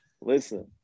Listen